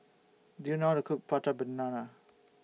Do YOU know How to Cook Prata Banana